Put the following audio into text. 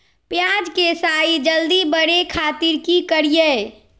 प्याज के साइज जल्दी बड़े खातिर की करियय?